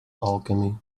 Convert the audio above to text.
alchemy